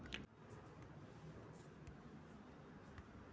सदोष बियाणे म्हणजे काय आणि ती कशी ओळखावीत?